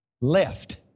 left